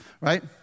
right